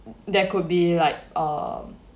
there could be like um